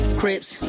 crips